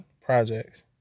projects